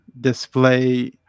display